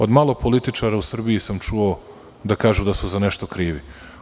Od malog političara u Srbiji sam čuo da kažu da su za nešto krivi.